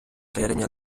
тереня